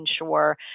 ensure